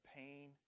pain